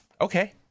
Okay